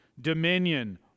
dominion